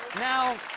now,